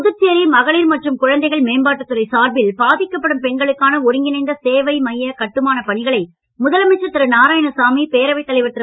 புதுச்சேரி மகளிர் மற்றும் குழந்தைகள் மேம்பாட்டுத்துறை சார்பில் பாதிக்கப்படும் பெண்களுக்கான ஒருங்கிணைந்த சேவை மைய கட்டுமான பணிகளை முதலமைச்சர் திரு நாராயணசாமி பேரவைத் தலைவர் திரு